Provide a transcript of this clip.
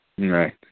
Right